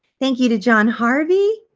thank you to john harvey.